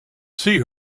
see